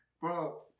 Bro